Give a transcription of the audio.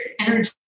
energy